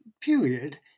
period